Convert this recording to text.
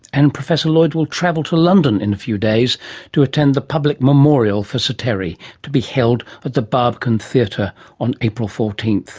and professor lloyd will travel to london in a few days to attend the public memorial for sir terry, to be held at the barbican theatre on april fourteen,